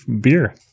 beer